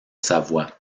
savoie